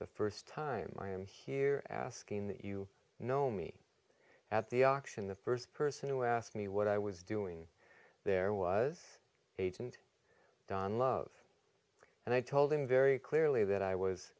the first time i am here asking that you know me at the auction the first person who asked me what i was doing there was agent don love and i told him very clearly that i was